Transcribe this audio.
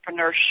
entrepreneurship